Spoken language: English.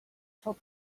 told